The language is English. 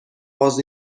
was